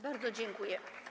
Bardzo dziękuję.